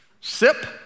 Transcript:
Sip